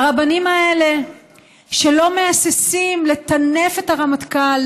הרבנים שלא מהססים לטנף את הרמטכ"ל,